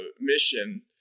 mission